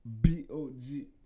b-o-g